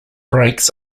brakes